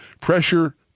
pressure